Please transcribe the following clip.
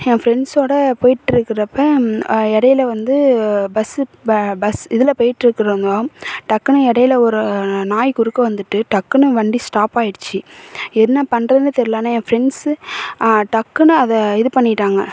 என் ஃப்ரெண்ட்ஸோடு போயிட்டு இருக்கிறப்ப இடையில வந்து பஸ்ஸு பஸ் இதில் போயிட்டிருக்கு இருந்தோம் டக்குன்னு இடையில ஒரு நாய் குறுக்கே வந்துட்டு டக்குன்னு வண்டி ஸ்டாப் ஆகிடுச்சி என்ன பண்றதுன்னே தெரியல ஆனால் என் ஃப்ரெண்ட்ஸு டக்குன்னு அதை இது பண்ணிவிட்டாங்க